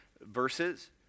verses